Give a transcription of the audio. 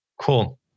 Cool